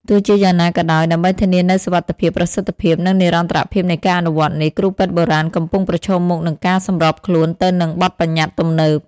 ទោះជាយ៉ាងណាក៏ដោយ ដើម្បីធានានូវសុវត្ថិភាព ប្រសិទ្ធភាព និងនិរន្តរភាពនៃការអនុវត្តនេះ គ្រូពេទ្យបុរាណកំពុងប្រឈមមុខនឹងការសម្របខ្លួនទៅនឹងបទប្បញ្ញត្តិទំនើប។